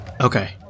Okay